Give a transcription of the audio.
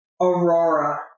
aurora